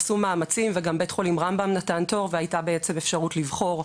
עשו מאמצים וגם בית חולים רמב"ם נתן תור והייתה אפשרות לבחור.